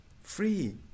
Free